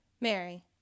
Mary